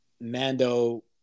Mando